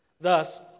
Thus